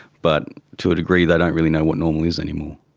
but to a degree they don't really know what normal is anymore.